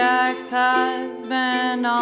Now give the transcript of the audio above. ex-husband